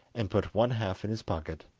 and put one half in his pocket,